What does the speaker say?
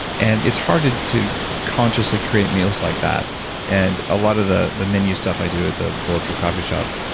and it's hard to to consciously create meals like that and a lot of the the menu stuff i do at the bulletproof coffee shop.